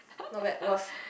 not bad worth